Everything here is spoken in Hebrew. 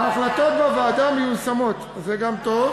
ההחלטות בוועדה מיושמות, זה גם טוב.